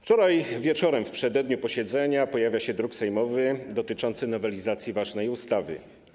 Wczoraj wieczorem, w przededniu posiedzenia, pojawia się druk sejmowy dotyczący nowelizacji ważnej ustawy.